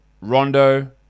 Rondo